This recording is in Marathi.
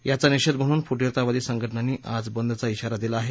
याचा निषेध म्हणून फुटीरतवादी संघटनांनी आज बंदचा श्राारा दिला आहे